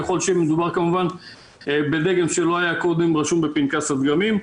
ככל שמדובר כמובן בדגם שלא היה רשום קודם בפנקס הדגמים.